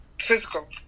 physical